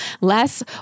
less